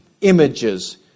images